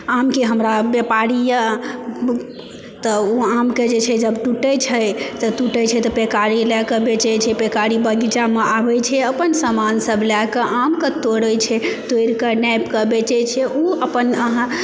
आमके हमरा व्यापारी यऽ तऽ ओ आमके जे छै जब टूटै छै तऽ टूटै छै तऽ पैकारी लए कऽ बेचै छै पैकारी बगीचामे आबए छै अपन सामान सब लए कऽ आमके तोड़ै छै तोड़िके नापिके बेचए छै ओ अपन अहाँ